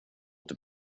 inte